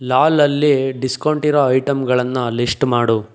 ಲಾಲ್ ಅಲ್ಲಿ ಡಿಸ್ಕೌಂಟಿರೋ ಐಟಮ್ಗಳನ್ನು ಲಿಸ್ಟ್ ಮಾಡು